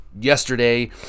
yesterday